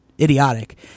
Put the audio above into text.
idiotic